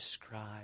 describe